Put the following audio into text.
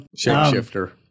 shapeshifter